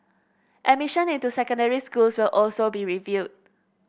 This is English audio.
admission into secondary schools will also be reviewed